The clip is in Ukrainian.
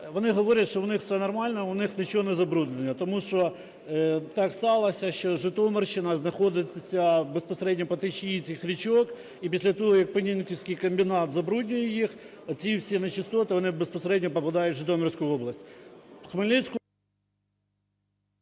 вони говорять, що в них це нормально, у них нічого не забруднено, тому що так склалося, що Житомирщина знаходиться безпосередньо по течії цих річок. І після того, як Понінківський комбінат забруднює їх, оці всі нечистоти вони безпосередньо попадають у Житомирську область.